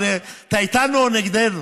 אתה איתנו או נגדנו?